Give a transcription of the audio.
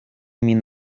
min